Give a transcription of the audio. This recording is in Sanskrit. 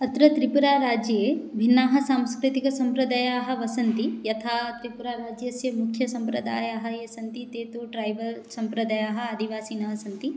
अत्र त्रिपुराराज्ये भिन्नाः सांस्कृतिकसम्प्रदयाः वसन्ति यथा त्रिपुराराज्यस्य मुख्यसम्प्रदायाः ये सन्ति ते तु ड्रैवर् सम्प्रदायाः आदिवासिनः सन्ति